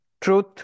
truth